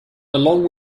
along